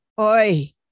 Oi